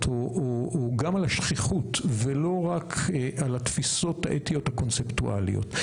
או גם על השכיחות ולא רק על התפיסות האתיות הקונספטואליות.